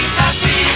happy